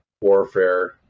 warfare